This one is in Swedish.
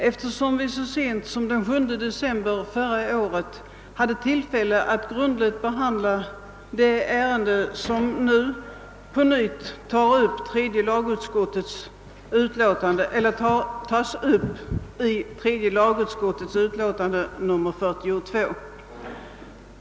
Herr talman! Så sent som den 7 december förra året hade vi tillfälle att grundligt behandla det ärende som nu på nytt tas upp av tredje lagutskottet, denna gång i dess utlåtande nr 42.